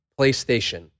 PlayStation